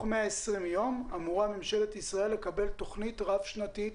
120 יום אמורה ממשלת ישראל לקבל תוכנית רב-שנתית